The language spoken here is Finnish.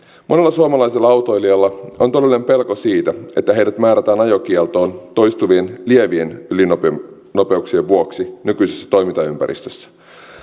monella suomalaisella autoilijalla on todellinen pelko siitä että heidät määrätään ajokieltoon toistuvien lievien ylinopeuksien ylinopeuksien vuoksi nykyisessä toimintaympäristössä